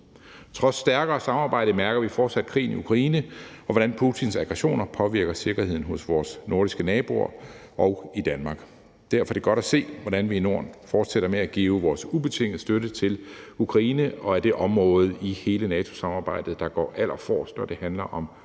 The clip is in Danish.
Trods stærkere samarbejde mærker vi fortsat krigen i Ukraine, og hvordan Putins aggressioner påvirker sikkerheden hos vores nordiske naboer og i Danmark. Derfor er det godt at se, hvordan vi i Norden fortsætter med at give vores ubetingede støtte til Ukraine, og at vi er det område i hele NATO-samarbejdet, der går allerforrest, når det handler om